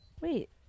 Wait